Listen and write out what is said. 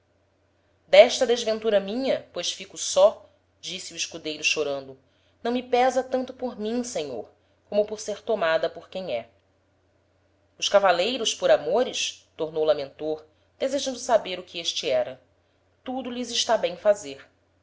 d'esta desventura minha pois fico só disse o escudeiro chorando não me pésa tanto por mim senhor como por ser tomada por quem é os cavaleiros por amores tornou lamentor desejando saber o que este era tudo lhes está bem fazer